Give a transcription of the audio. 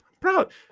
proud